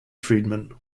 friedman